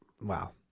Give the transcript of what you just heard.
Wow